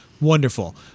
Wonderful